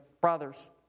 brothers